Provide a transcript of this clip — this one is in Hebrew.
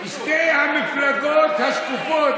שתי המפלגות השקופות,